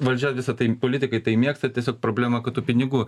valdžia visą tai politikai tai mėgsta tiesiog problemą kad tų pinigų